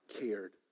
cared